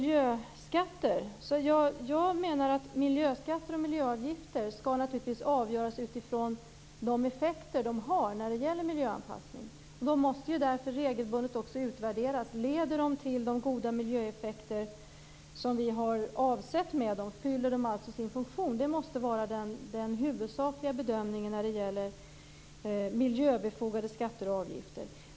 Jag menar att miljöskatter och miljöavgifter naturligtvis skall avgöras utifrån de effekter som de har när det gäller miljöanpassning. Därför måste vi regelbundet utvärdera om de leder till de goda miljöeffekter som vi har avsett och om de fyller sin funktion. Det måste vara den huvudsakliga bedömningen när det gäller miljöbefogade skatter och avgifter.